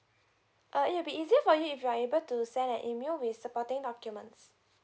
err it'll be easier for you if you are able to send an email with supporting documents